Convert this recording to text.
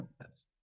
Yes